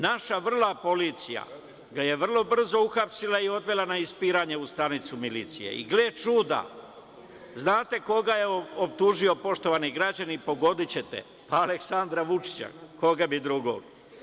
Naša vrla policija ga je vrlo brzo uhapsila i odvela na ispiranje u stanicu milicije, i gle čuda, znate koga je optužio, poštovani građani, pogodićete, pa, Aleksandra Vučića, koga bi drugog.